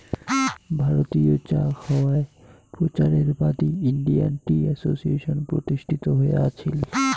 ভারতীয় চা খাওয়ায় প্রচারের বাদী ইন্ডিয়ান টি অ্যাসোসিয়েশন প্রতিষ্ঠিত হয়া আছিল